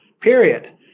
period